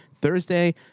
Thursday